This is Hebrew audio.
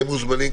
הם מוזמנים,